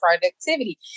productivity